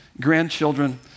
grandchildren